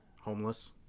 homeless